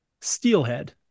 Steelhead